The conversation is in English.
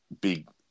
big